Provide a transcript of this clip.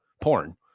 Porn